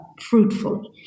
fruitfully